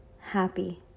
happy